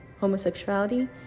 homosexuality